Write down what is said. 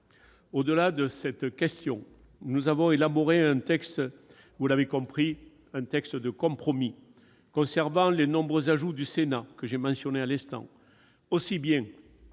Au-delà de cette question, nous avons élaboré- vous l'aurez compris, mes chers collègues -un texte de compromis, conservant les nombreux ajouts du Sénat que j'ai mentionnés à l'instant, aussi bien